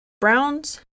Browns